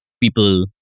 people